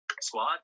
Squad